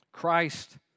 Christ